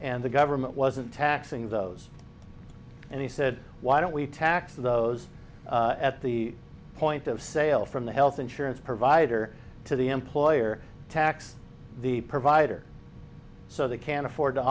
and the government wasn't taxing those and he said why don't we tax those at the point of sale from the health insurance provider to the employer tax the provider so they can afford to